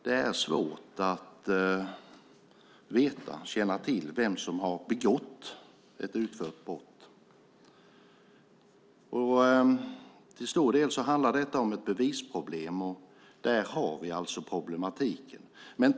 Ett effektivt sätt att lagföra personer som utför de här handlingarna har vi. Till stor del handlar detta om ett bevisproblem. Där har vi alltså problematiken.